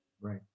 Right